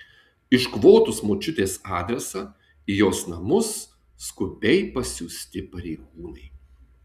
iškvotus močiutės adresą į jos namus skubiai pasiųsti pareigūnai